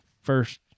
first